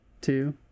two